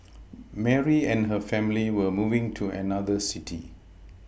Mary and her family were moving to another city